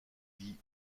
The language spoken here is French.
dit